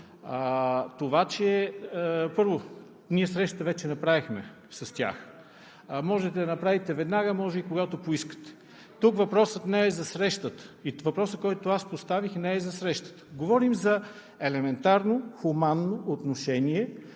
събрание. Първо, ние вече направихме среща с тях. Можете да я направите веднага, може и когато поискате. Тук въпросът не е за срещата. Въпросът, който аз поставих, не е за срещата. Говорим за елементарно хуманно отношение